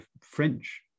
French